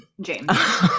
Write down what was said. James